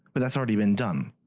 but that's already been done.